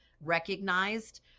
recognized